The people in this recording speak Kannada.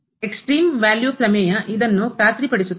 ಎಕ್ಸ್ಟ್ರೀಮ್ ವ್ಯಾಲ್ಯೂ ಪ್ರಮೇಯ ಇದನ್ನು ಖಾತ್ರಿಪಡಿಸುತ್ತದೆ